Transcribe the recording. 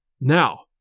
Now